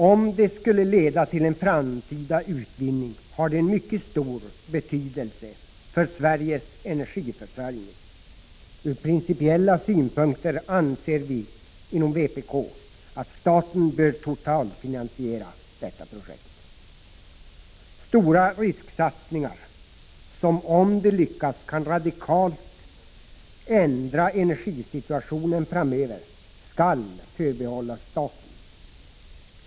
Om det skulle leda till en framtida utvinning, har det en mycket stor betydelse för Sveriges energiförsörjning. Ur principiella synpunkter anser vi inom vpk att staten bör totalfinansiera detta projekt. Stora risksatsningar, som — om de lyckas — radikalt kan ändra energisituationen framöver, skall förbehållas staten.